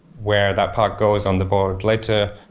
where that part goes on the board later.